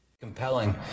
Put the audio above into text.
Compelling